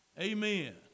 Amen